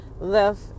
left